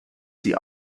sie